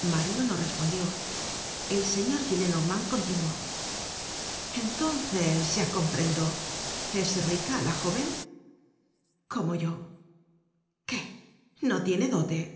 mario no respondió el señor gillenormand continuó entonces ya comprendo es rica la jóven content from google book search generated at como yo qué no tiene dote